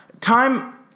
time